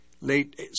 late